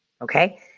Okay